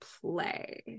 play